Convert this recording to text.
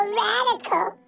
radical